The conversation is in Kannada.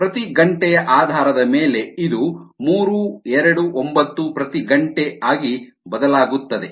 ಪ್ರತಿ ಗಂಟೆಯ ಆಧಾರದ ಮೇಲೆ ಇದು 329 h 1 ಆಗಿ ಬದಲಾಗುತ್ತದೆ